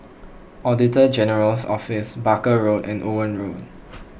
Auditor General's Office Barker Road and Owen Road